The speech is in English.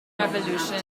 revolution